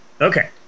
okay